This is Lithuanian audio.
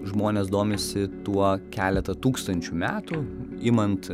žmonės domisi tuo keletą tūkstančių metų imant